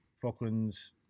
Falklands